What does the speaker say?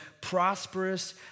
prosperous